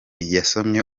yasomye